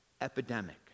epidemic